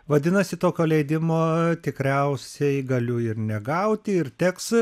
vadinasi tokio leidimo tikriausiai galiu ir negauti ir teks